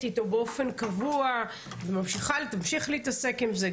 איתו באופן קבוע ותמשיך להתעסק עם זה.